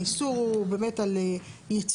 האיסור הוא באמת על ייצור,